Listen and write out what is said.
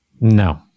No